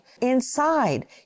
inside